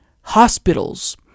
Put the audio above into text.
hospitals